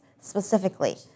specifically